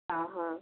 ଅ ହ